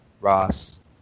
ross